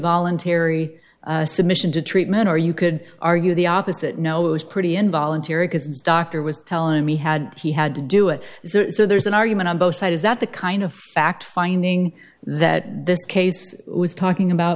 voluntary submission to treatment or you could argue the opposite no it was pretty involuntary because the doctor was telling me he had to do it so there's an argument on both side is that the kind of fact finding that this case was talking about